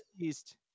East